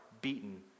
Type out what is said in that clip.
beaten